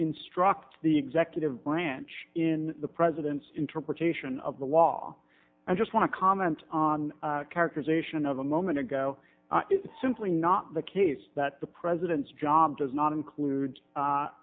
instruct the executive branch in the president's interpretation of the wall i just want to comment on characterization of a moment ago simply not the case that the president's job does not include